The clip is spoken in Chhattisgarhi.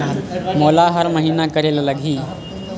मोला हर महीना करे ल लगही?